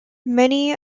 many